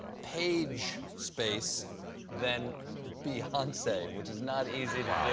page space than beyonce, which is not easy to